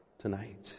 tonight